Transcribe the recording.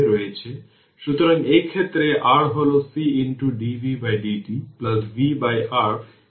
তাই আমি এখন কিছু উদাহরণ দেব